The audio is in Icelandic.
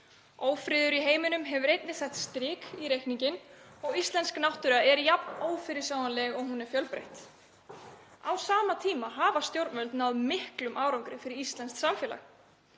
Ófriður í heiminum hefur einnig sett strik í reikninginn og íslensk náttúra er jafn ófyrirsjáanleg og hún er fjölbreytt. Á sama tíma hafa stjórnvöld náð miklum árangri fyrir íslenskt samfélag.